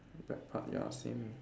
back part ya same leh